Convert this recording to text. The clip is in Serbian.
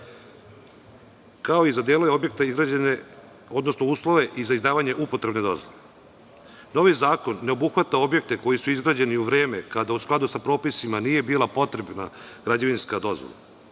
kao i za delove objekta izgrađene, odnosno uslove za izdavanje upotrebne dozvole. Novi zakon ne obuhvata objekte koji su izgrađeni u vreme, kada u skladu sa propisima nije bila potrebna građevinska dozvola.